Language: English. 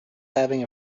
having